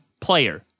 player